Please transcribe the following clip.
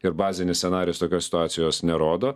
ir bazinis scenarijus tokios situacijos nerodo